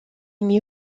met